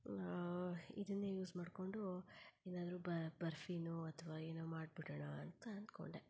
ಇದನ್ನೇ ಯೂಸ್ ಮಾಡಿಕೊಂಡು ಏನಾದರೂ ಬರ್ಫಿನೊ ಅಥ್ವಾ ಏನೊ ಮಾಡ್ಬಿಡೋಣ ಅಂತ ಅಂದ್ಕೊಂಡೆ